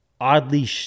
oddly